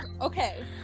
Okay